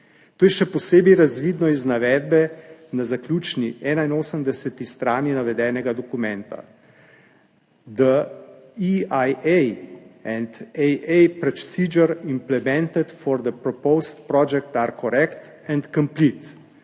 To je še posebej razvidno iz navedbe na zaključni 81. strani navedenega dokumenta.